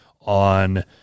on